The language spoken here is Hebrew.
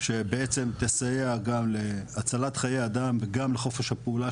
שבעצם תסייע גם להצלת חיי אדם וגם לחופש הפעולה